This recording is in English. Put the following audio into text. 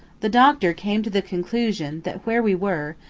the doctor came to the conclusion that where we were,